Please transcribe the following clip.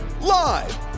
Live